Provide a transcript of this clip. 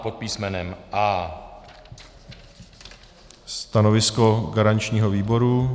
Pod písmenem A. Stanovisko garančního výboru?